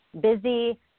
busy